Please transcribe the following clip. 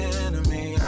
enemy